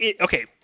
okay